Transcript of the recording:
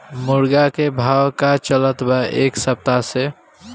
मुर्गा के भाव का चलत बा एक सप्ताह से?